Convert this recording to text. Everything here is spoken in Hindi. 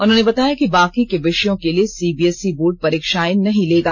उन्होंने बताया कि बाकी के विषयों के लिए सीबीएसई बोर्ड परीक्षाएं नहीं लेगा